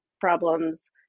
problems